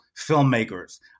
filmmakers